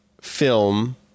film